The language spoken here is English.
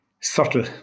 subtle